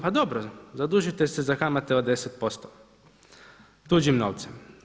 Pa dobro, zadužite se za kamate od 10% tuđim novcem.